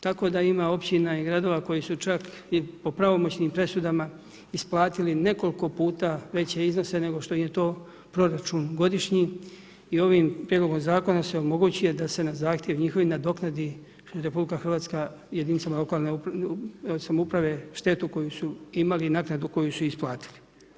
Tako da ima općina i gradova koji su čak i po pravomoćnim presudama isplatili nekoliko puta veće iznose nego što im je to proračun godišnji i ovom prijedlogom zakona se omogućuje da se na zahtjev njihovi nadoknadi RH jedinicama lokalne samouprave štetu koju su imali i naknadu koju su isplatili.